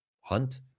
hunt